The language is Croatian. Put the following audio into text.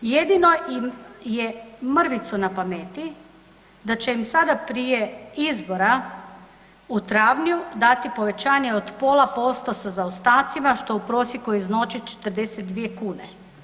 Jedino im je mrvicu na pameti da će im sada prije izbora u travnju dati povećanje od pola posto sa zaostacima, što u prosjeku iznosi 42 kune.